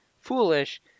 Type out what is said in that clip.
foolish